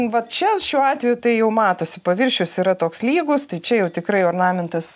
va čia šiuo atveju tai jau matosi paviršius yra toks lygus tai čia jau tikrai ornamentas